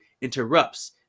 interrupts